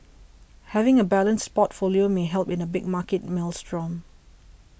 having a balanced portfolio may help in a big market maelstrom